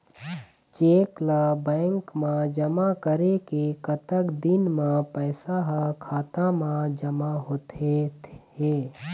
Cheque ला bank मा जमा करे के कतक दिन मा पैसा हा खाता मा जमा होथे थे?